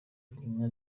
kunywa